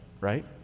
right